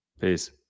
Peace